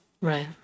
Right